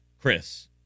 Chris